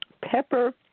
Pepper